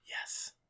Yes